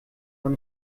noch